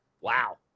Wow